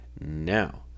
Now